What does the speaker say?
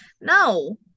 No